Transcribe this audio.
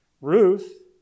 Ruth